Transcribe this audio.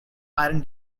iron